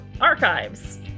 archives